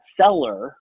seller